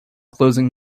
closing